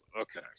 okay